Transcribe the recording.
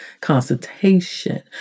consultation